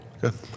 Good